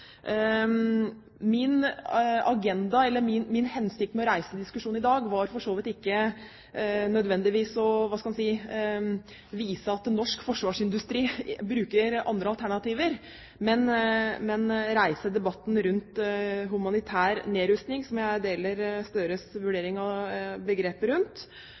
Min hensikt med å reise diskusjonen i dag var for så vidt ikke nødvendigvis å vise at norsk forsvarsindustri bruker andre alternativer, men å reise debatten rundt humanitær nedrustning – og her deler jeg Støres